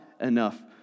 enough